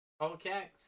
Okay